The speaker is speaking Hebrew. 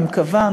אני מקווה.